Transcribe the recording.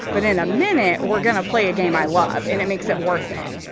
but in a minute we're going to play a game i love and it makes it worth it.